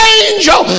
angel